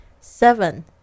Seven